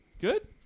Good